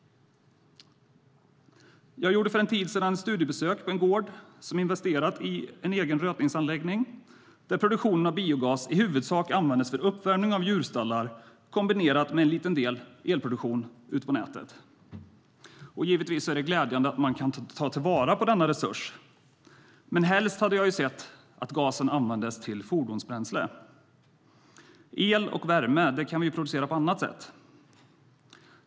För en tid sedan gjorde jag ett studiebesök på en gård som investerat i en egen rötningsanläggning och där produktionen av biogas i huvudsak används för uppvärmning av djurstallar kombinerat med en liten del elproduktion ut på nätet. Givetvis är det glädjande att man kan ta vara på denna resurs. Men helst hade jag sett att gasen använts till fordonsbränsle. El och värme kan vi producera på annat sätt.